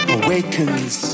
awakens